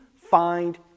find